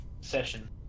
session